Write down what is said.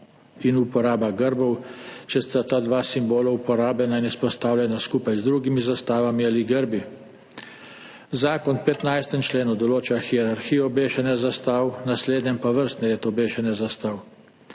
in uporaba grbov, če sta ta dva simbola uporabljena in izpostavljena skupaj z drugimi zastavami ali grbi. Zakon v 15. členu določa hierarhijo obešanja zastav, v naslednjem pa vrstni red obešanja zastav.